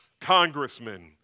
congressmen